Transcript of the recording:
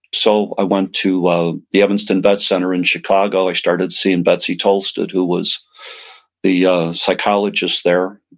so i went to ah the evanston vet center in chicago, i started seeing betsy tolston who was the psychologist there.